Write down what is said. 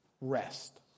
rest